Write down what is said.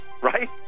Right